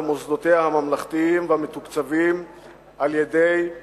במוסדותיה הממלכתיים ובמוסדות המתוקצבים על-ידיה.